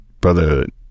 brotherhood